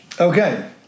Okay